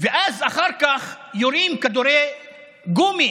ואז אחר כך יורים כדורי גומי.